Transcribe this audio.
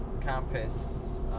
campus